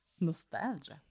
Nostalgia